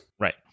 Right